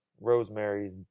*Rosemary's